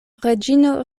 reĝino